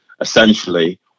essentially